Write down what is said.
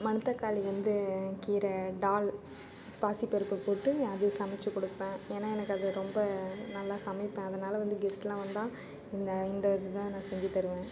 மணத்தக்காளி வந்து கீரை டால் பாசி பருப்பு போட்டு அது சமச்சுக் கொடுப்பேன் ஏன்னால் எனக்கு அது ரொம்ப நல்லா சமைப்பேன் அதனால் வந்து கெஸ்ட்லாம் வந்தால் இந்த இந்த இது தான் நான் செஞ்சுத்தருவேன்